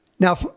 Now